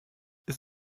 ist